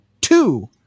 two